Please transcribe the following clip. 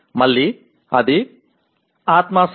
మళ్ళీ అది ఆత్మాశ్రయ